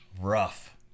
Rough